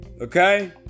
Okay